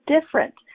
different